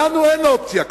לנו אין אופציה כזאת.